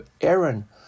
Aaron